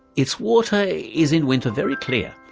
its water is in winter very clear,